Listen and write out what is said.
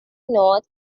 north